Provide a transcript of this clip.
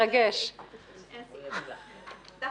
33. אחת